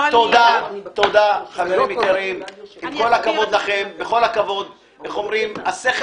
כך שהדברים הטכניים כמו אופניים בעלי